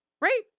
right